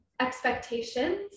expectations